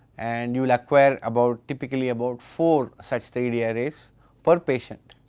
and you will acquire about typically about four such three d arrays per patient